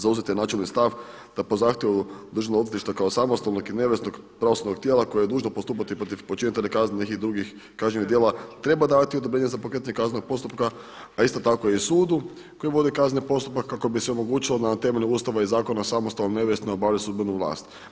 Zauzet je načelni stav da po zahtjevu Državnog odvjetništva kao samostalnog i neovisnog pravosudnog tijela koje je dužno postupati protiv počinitelja kaznenih i drugih kažnjivih djela treba davati odobrenje za pokretanje kaznenog postupka, a isto tako i sudu koji vodi kazneni postupak kako bi se omogućilo na temelju Ustava i zakona samostalno i neovisno obavlja sudbenu vlast.